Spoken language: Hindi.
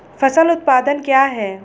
फसल उत्पादन क्या है?